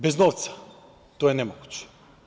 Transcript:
Bez novca to je nemoguće.